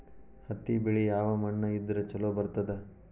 ಹತ್ತಿ ಬೆಳಿ ಯಾವ ಮಣ್ಣ ಇದ್ರ ಛಲೋ ಬರ್ತದ?